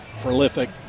prolific